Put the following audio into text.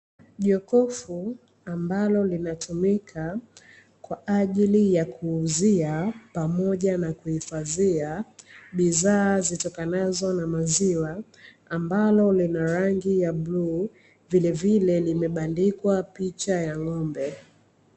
Jokofu ambalo linatumika kwaajili ya kuuzia pamoja na kuhifadhia bidhaa zitokanazo na maziwa, ambalo lina rangi ya bluu vilevile limebandikwa picha ya ngómbe.